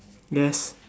yes